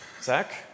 Zach